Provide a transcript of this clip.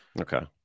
Okay